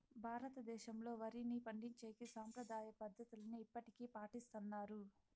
భారతదేశంలో, వరిని పండించేకి సాంప్రదాయ పద్ధతులనే ఇప్పటికీ పాటిస్తన్నారు